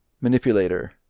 manipulator